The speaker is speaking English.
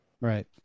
Right